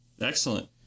Excellent